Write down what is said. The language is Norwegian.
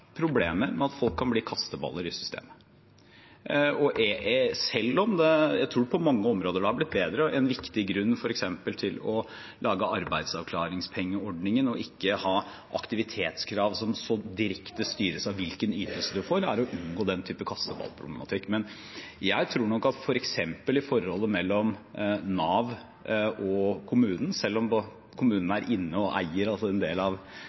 systemet, selv om jeg tror det på mange områder er blitt bedre. En viktig grunn til f.eks. å lage arbeidsavklaringspengeordningen og ikke ha aktivitetskrav som så direkte styres av hvilken ytelse man får, er å unngå den typen kasteballproblematikk. Men jeg tror nok at f.eks. i forholdet mellom Nav og kommunene selv om kommunene er inne og eier en del av Nav, eller i alle fall innehar en del av